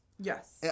Yes